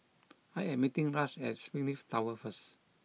I am meeting Ras at Springleaf Tower first